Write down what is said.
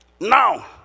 now